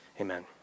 amen